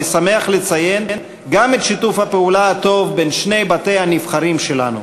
אני שמח לציין גם את שיתוף הפעולה הטוב בין שני בתי-הנבחרים שלנו.